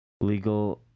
legal